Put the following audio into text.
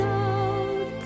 out